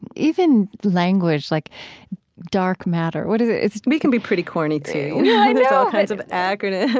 even language, like dark matter. what is it? it's, we can be pretty corny too, yeah you know kinds of acronyms and,